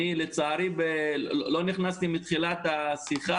אני בן אדם שיש לו בעיית